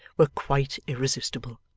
were quite irresistible.